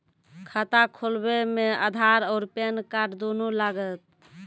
खाता खोलबे मे आधार और पेन कार्ड दोनों लागत?